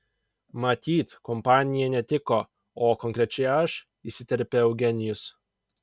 matyt kompanija netiko o konkrečiai aš įsiterpė eugenijus